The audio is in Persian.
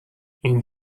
این